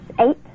eight